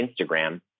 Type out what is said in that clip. Instagram